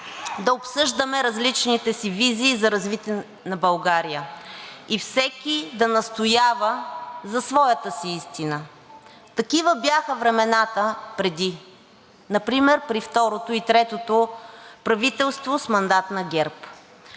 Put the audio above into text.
да обсъждаме различните си визии за развитие на България и всеки да настоява за своята си истина. Такива бяха времената преди, например при второто и третото правителство с мандат на ГЕРБ.